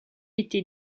été